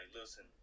listen